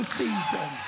season